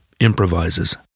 improvises